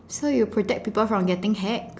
so you protect people from getting hacked